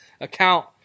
account